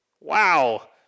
Wow